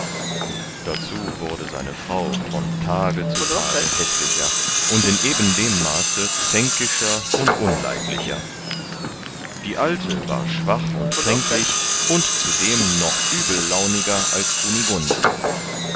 dazu wurde seine frau von tage zu tage häßlicher und in eben dem maße zänkischer und unleidlicher die alte war schwach und kränklich und zudem noch übellauniger als kunigunde